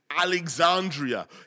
Alexandria